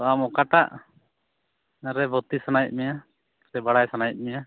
ᱛᱚ ᱟᱢ ᱚᱠᱟᱴᱟᱜ ᱨᱮ ᱵᱷᱚᱨᱛᱤ ᱥᱟᱱᱟᱭᱮᱫ ᱢᱮᱭᱟ ᱥᱮ ᱵᱟᱲᱟᱭ ᱥᱟᱱᱟᱭᱮᱫ ᱢᱮᱭᱟ